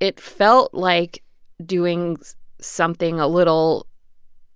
it felt like doing something a little